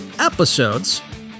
episodes